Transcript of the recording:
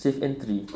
safe entry